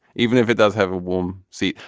even if it does have a warm seat.